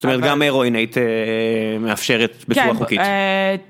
זאת אומרת גם הירואין היית מאפשרת בצורה חוקית. כן...